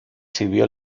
sirvió